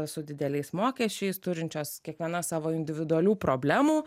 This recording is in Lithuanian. su dideliais mokesčiais turinčios kiekviena savo individualių problemų